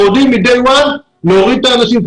יודעים מהיום הראשון להוריד את האנשים האלה.